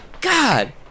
God